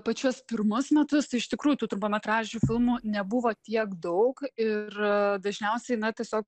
pačius pirmus metus tai iš tikrųjų tų trumpametražių filmų nebuvo tiek daug ir dažniausiai na tiesiog